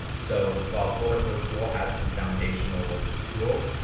so while florida virtual has some foundational tools,